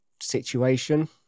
situation